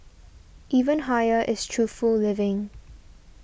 even higher is truthful living